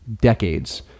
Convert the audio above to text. decades